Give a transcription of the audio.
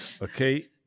Okay